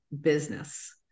business